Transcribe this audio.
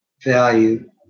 value